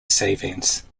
savings